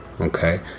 Okay